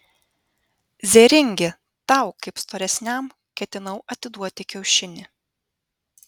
zėringi tau kaip storesniam ketinau atiduoti kiaušinį